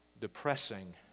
depressing